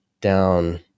down